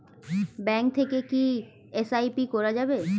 Bank থেকে কী SIP করা যাবে?